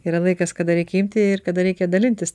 yra laikas kada reikia imti ir kada reikia dalintis